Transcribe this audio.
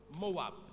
Moab